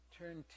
Turn